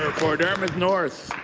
for dartmouth north.